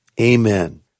Amen